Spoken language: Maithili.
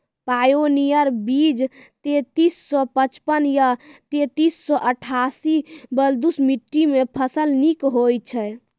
पायोनियर बीज तेंतीस सौ पचपन या तेंतीस सौ अट्ठासी बलधुस मिट्टी मे फसल निक होई छै?